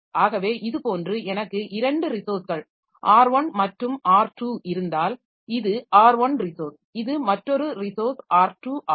ஆகவே இதுபோன்று எனக்கு 2 ரிசோர்ஸ்கள் R1 மற்றும் R2 இருந்தால் இது R1 ரிசோர்ஸ் இது மற்றொரு ரிசோர்ஸ் R2 ஆகும்